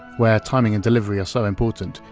where timing and delivery are so important,